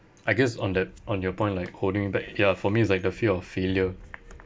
I guess on that on your point like holding back ya for me it's like the fear of failure